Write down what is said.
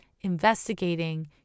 investigating